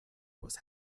was